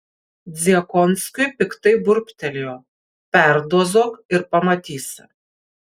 dziekonskiui piktai burbtelėjo perdozuok ir pamatysi